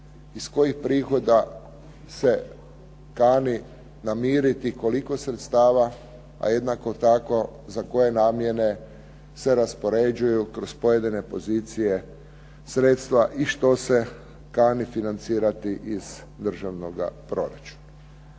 iz kojih prihoda se kani namiriti koliko sredstava, a jednako tako za koje namjene se raspoređuju kroz pojedine pozicije sredstva i što se kani financirati iz državnoga proračuna.